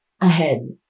ahead